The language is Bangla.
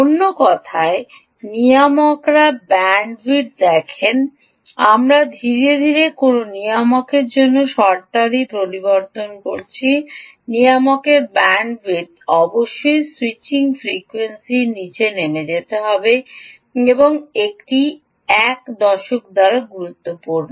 অন্য কথায় নিয়ামকরা ব্যান্ডউইদথ দেখেন আমরা ধীরে ধীরে কোনও নিয়ামকের জন্য শর্তাদি প্রবর্তন করছি নিয়ামকদের ব্যান্ডউইদথ অবশ্যই স্যুইচিং ফ্রিকোয়েন্সি এর নীচে নেমে যেতে হবে এবং এটি এক দশক দ্বারা গুরুত্বপূর্ণ